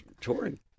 touring